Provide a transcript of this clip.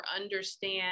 understand